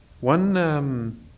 one